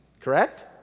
Correct